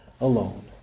alone